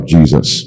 Jesus